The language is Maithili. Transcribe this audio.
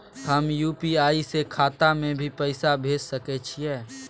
हम यु.पी.आई से खाता में भी पैसा भेज सके छियै?